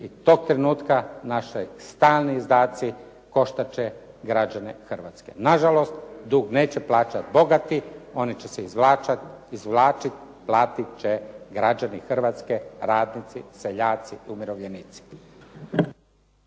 i tog trenutka naši stalni izdaci koštati će građane Hrvatske. Nažalost, dug neće plaćati bogati, oni će se izvlačiti, platiti će građani Hrvatske, radnici, seljaci, umirovljenici.